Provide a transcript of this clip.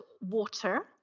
water